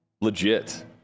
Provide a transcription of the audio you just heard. legit